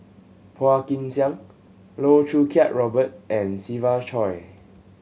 Phua Kin Siang Loh Choo Kiat Robert and Siva Choy